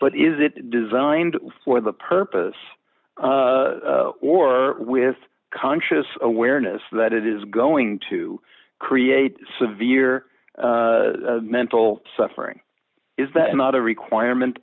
but is it designed for the purpose or with conscious awareness that it is going to create severe mental suffering is that not a requirement